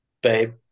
babe